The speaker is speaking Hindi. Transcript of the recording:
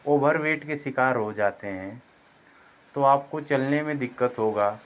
ओवर वेट के शिकार हो जाते हैं तो आपको चलने में दिक्कत होगा